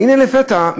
והנה לפתע,